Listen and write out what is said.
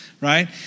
right